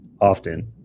often